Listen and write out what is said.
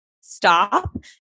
stop